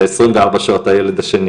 ועשרים וארבע שעות לילד השני.